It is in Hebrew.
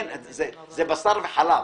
זה בשר וחלב.